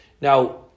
Now